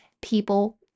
people